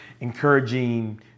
encouraging